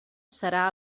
serà